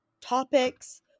topics